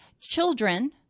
children